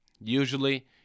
Usually